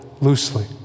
loosely